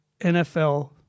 NFL